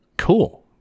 cool